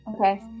Okay